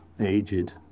aged